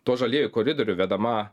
tuo žalieju koridoriu vedama